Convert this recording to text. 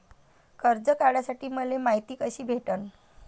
कर्ज काढासाठी मले मायती कशी भेटन?